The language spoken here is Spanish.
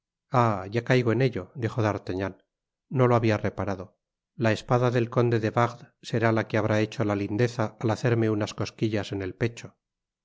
ya caigo en ello dijo d'artagnan no lo habia reparado la espada del conde de wardes será la que habrá hecho la lindeza al hacerme unas cosquillas en el pecho